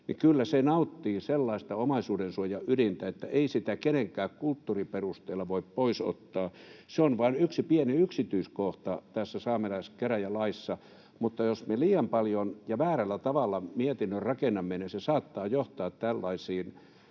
niin kyllä se nauttii sellaista omaisuudensuojan ydintä, että ei sitä kenenkään kulttuurin perusteella voi pois ottaa. Se on vain yksi pieni yksityiskohta tässä saamelaiskäräjälaissa, mutta jos me liian paljon ja väärällä tavalla mietinnön rakennamme, niin se saattaa johtaa tällaisiin